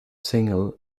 single